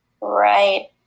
Right